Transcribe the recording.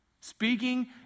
speaking